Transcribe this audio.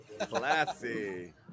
Classy